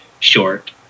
Short